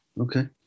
Okay